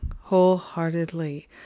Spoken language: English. wholeheartedly